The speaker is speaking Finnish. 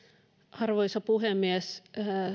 arvoisa puhemies